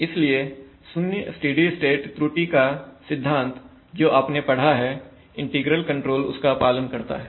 इसलिए शून्य steady state त्रुटि का सिद्धांत जो आपने पढ़ा है इंटीग्रल कंट्रोल उसका पालन करता है